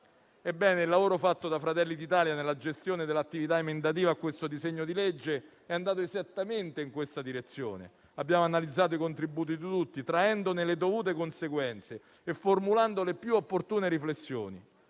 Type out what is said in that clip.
Ebbene, il lavoro fatto da Fratelli d'Italia nella gestione dell'attività emendativa a questo disegno di legge è andato esattamente in questa direzione: abbiamo analizzato i contributi di tutti, traendone le dovute conseguenze e formulando le più opportune riflessioni.